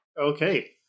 Okay